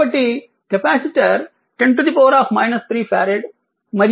కాబట్టి capacitor 10 3 farad మరియు ఇది 8000Ω